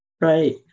Right